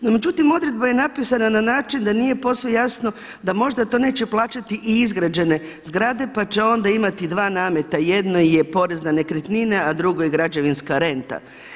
No međutim odredba je napisana na način da nije posve jasno da možda to neće plaćati i izgrađene pa će onda imati dva nameta, jedno je porez na nekretnine a drugo je građevinska renta.